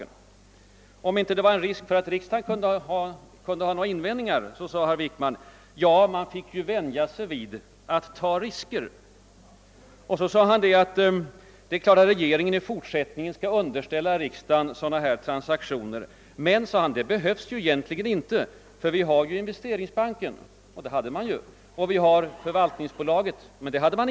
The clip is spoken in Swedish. Man frågade då om det inte förelåg risk för att riksdagen skulle göra invändningar. Då svarade herr Wickman: Ja, man får ju vänja sig vid att ta risker. Och så tillade han att i fortsättningen skall riksdagen givetvis underställas transaktioner av detta slag, även om det inte behövts, »eftersom vi ju har Investeringsbanken och förvaltningsbolaget». Investeringsbanken hade man ju, men förvaltningsbolaget fanns inte då.